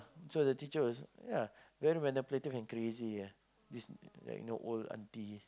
so the teacher was ya very manipulative and crazy ah this like you know old auntie